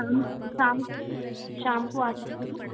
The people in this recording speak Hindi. शाम शाम को आ सकते हैं